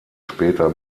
später